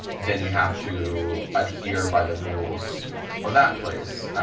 then you have to adhere by the rules of that place